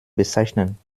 bezeichnen